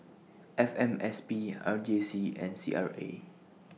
F M S P R J C and C R A